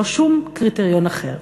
לא שום קריטריון אחר.